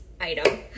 item